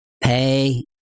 Pay